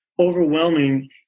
overwhelming